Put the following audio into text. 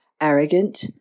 arrogant